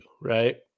right